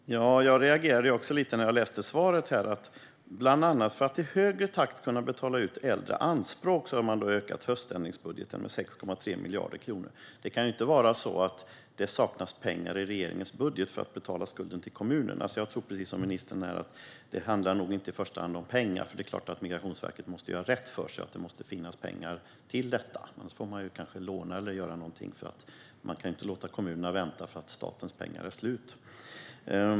Fru talman! Jag reagerade lite när jag hörde i interpellationssvaret att man bland annat för att i högre takt kunna betala ut äldre anspråk har ökat höständringsbudgeten med 6,3 miljarder kronor. Det kan ju inte saknas pengar i regeringens budget för att man ska kunna betala skulden till kommunerna. Jag tror precis som ministern att det inte i första hand handlar om pengar, för det är klart att Migrationsverket måste göra rätt för sig och att det måste finnas pengar till detta. Annars får man låna eller göra något annat, för man kan inte låta kommunerna vänta för att statens pengar är slut.